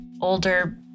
older